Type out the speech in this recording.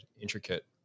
intricate